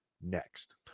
next